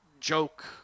joke